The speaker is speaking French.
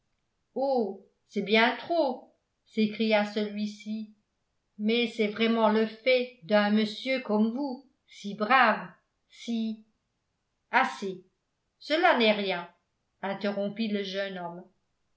oh c'est bien trop s'écria celui-ci mais c'est vraiment le fait d'un monsieur comme vous si brave si assez cela n'est rien interrompit le jeune homme